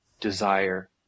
desire